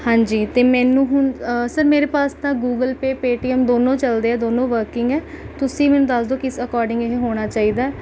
ਹਾਂਜੀ ਅਤੇ ਮੈਨੂੰ ਹੁਣ ਸਰ ਮੇਰੇ ਪਾਸ ਤਾਂ ਗੂਗਲ ਪੇਅ ਪੇਟੀਐੱਮ ਦੋਨੋਂ ਚੱਲਦੇ ਹੈ ਦੋਨੋਂ ਵਰਕਿੰਗ ਹੈ ਤੁਸੀਂ ਮੈਨੂੰ ਦੱਸ ਦੋ ਕਿਸ ਅਕੋਰਡਿੰਗ ਇਹ ਹੋਣਾ ਚਾਹੀਦਾ ਹੈ